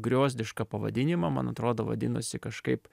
griozdišką pavadinimą man atrodo vadinosi kažkaip